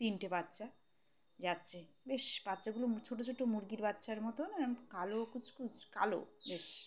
তিনটে বাচ্চা যাচ্ছে বেশ বাচ্চাগুলো ছোটো ছোটো মুরগির বাচ্চার মতো না কালো কুচকুচ কালো বেশ